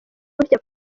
burya